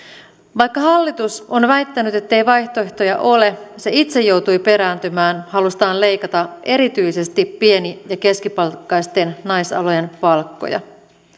vaikka hallitus on väittänyt ettei vaihtoehtoja ole se itse joutui perääntymään halustaan leikata erityisesti pieni ja keskipalkkaisten naisalojen palkkoja